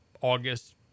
August